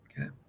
Okay